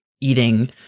eating